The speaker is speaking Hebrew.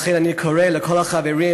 לכן אני קורא לחברים,